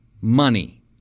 money